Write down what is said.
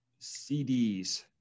CDs